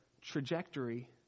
trajectory